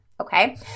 Okay